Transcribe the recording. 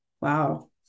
wow